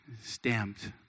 stamped